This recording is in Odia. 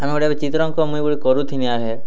ଆମେ ଗୋଟେ ଏବେ ଚିତ୍ରାଙ୍କ ମୁଇଁ ଗୋଟେ କରୁଥିନି ଆଘେ